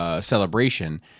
Celebration